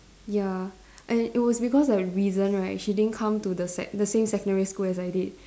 ya and it was because of reason right she didn't come to the sec the same secondary school as I did